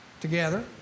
together